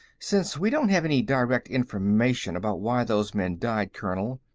since we don't have any direct information about why those men died, colonel,